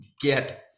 get